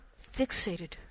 fixated